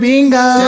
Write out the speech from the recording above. Bingo